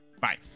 bye